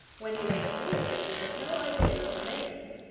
when he went abroad it was with no idea of remaining.